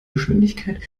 geschwindigkeit